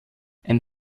ein